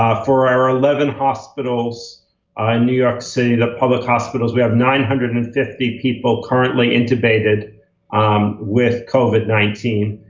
um for our eleven hospitals in new york city, the public hospitals, we have nine hundred and fifty people currently intubated um with covid nineteen.